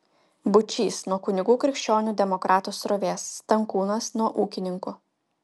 būčys nuo kunigų krikščionių demokratų srovės stankūnas nuo ūkininkų